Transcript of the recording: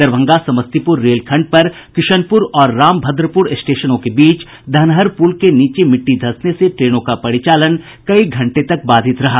दरभंगा समस्तीपूर रेलखंड पर किशनपूर और रामभद्रपूर स्टेशनों के बीच धनहर पूल के नीचे मिट्टी धंसने से ट्रेनों का परिचालन कई घंटे तक बाधित रहा